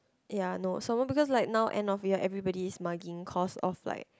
ya know someone because like now end of year everybody is marking course of like